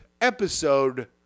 episode